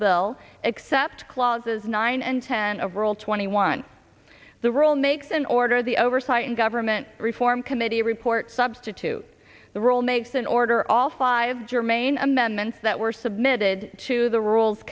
bill except clauses nine and ten of world twenty one the rule makes an order the oversight and government reform committee report substitute the rule makes an order all five germane amendments that were submitted to the rules